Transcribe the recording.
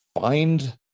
find